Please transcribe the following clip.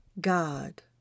God